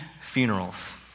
funerals